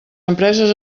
empreses